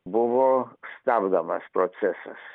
buvo stabdomas procesas